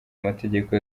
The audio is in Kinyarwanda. amategeko